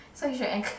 so you should enc~